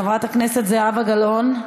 חברת הכנסת זהבה גלאון,